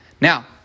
Now